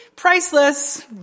priceless